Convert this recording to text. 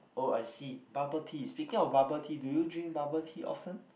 oh I see bubble tea is speaking of bubble tea do you drink bubble tea often